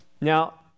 Now